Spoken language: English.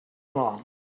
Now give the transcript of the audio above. along